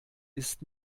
isst